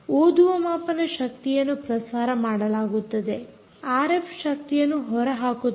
ಓದುವ ಮಾಪನ ಶಕ್ತಿಯನ್ನು ಪ್ರಸಾರ ಮಾಡುತ್ತದೆ ಆರ್ಎಫ್ ಶಕ್ತಿಯನ್ನು ಹೊರ ಹಾಕುತ್ತದೆ